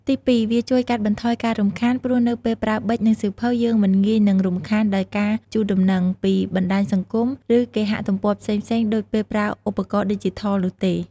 ទីពីរ វាជួយ កាត់បន្ថយការរំខាន ព្រោះនៅពេលប្រើប៊ិច និងសៀវភៅ យើងមិនងាយនឹងរំខានដោយការជូនដំណឹង ពីបណ្ដាញសង្គម ឬគេហទំព័រផ្សេងៗដូចពេលប្រើឧបករណ៍ឌីជីថលនោះទេ។